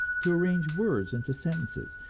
to arrange words into sentences,